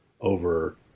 over –